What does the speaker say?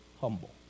humble